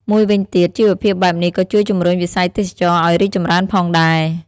មួយវិញទៀត ជីវភាពបែបនេះក៏ជួយជំរុញវិស័យទេសចរណ៍ឲ្យរីកចម្រើនផងដែរ។